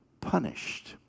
punished